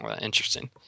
interesting